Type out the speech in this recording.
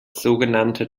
sogenannte